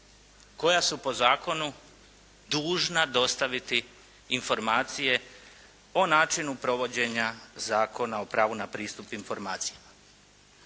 koja su po zakonu dužna dostaviti informacije o načinu provođenja Zakona o pravu na pristup informacijama.